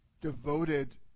devoted